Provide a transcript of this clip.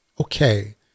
okay